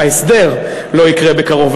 ההסדר לא יקרה בקרוב,